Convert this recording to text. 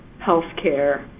healthcare